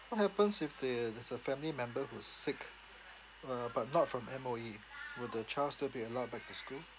what happens if there uh there's a family member who's sick uh but not from M_O_E will the child still be allowed back to school